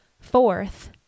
Fourth